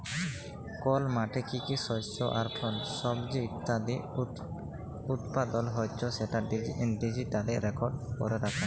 call মাঠে কি কি শস্য আর ফল, সবজি ইত্যাদি উৎপাদল হচ্যে সেটা ডিজিটালি রেকর্ড ক্যরা রাখা